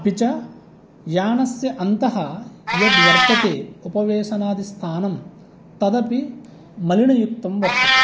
अपि च यानस्य अन्तः यद्वर्तते उपवेशनादि स्थानं तदपि मलिणयुक्तं वर्तते